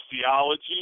theology